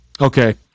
Okay